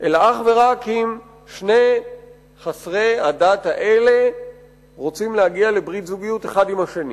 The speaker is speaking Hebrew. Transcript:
אלא אך ורק אם שני חסרי הדת האלה רוצים להגיע לברית זוגיות אחד עם השני.